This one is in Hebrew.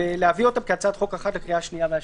ולהביאם כהצעת חוק אחת לקריאה השנייה והשלישית.